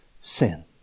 Sin